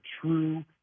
true